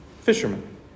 fishermen